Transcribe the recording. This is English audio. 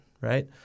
right